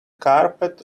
carpet